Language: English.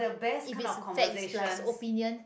if it's facts plus opinion